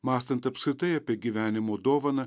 mąstant apskritai apie gyvenimo dovaną